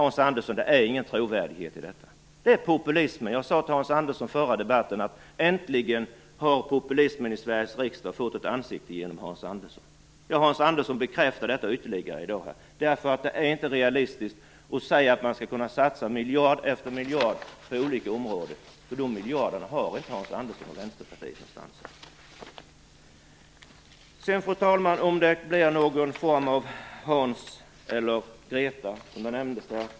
Hans Andersson, det finns ingen trovärdighet i detta. Det är populism. Jag sade till Hans Andersson i den förra debatten att populismen i Sveriges riksdag äntligen har fått ett ansikte genom honom. Hans Andersson bekräftar detta ytterligare i dag. Det är inte realistiskt att säga att man skall kunna satsa miljard efter miljard på olika områden. Fru talman!